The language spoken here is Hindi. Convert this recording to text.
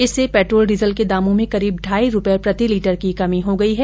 इससे पेट्रोल डीजल के दामों में करीब ढाई रूपये प्रति लीटर की कमी हो गई है